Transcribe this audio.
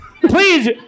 Please